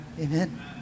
Amen